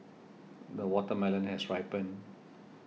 the watermelon has ripen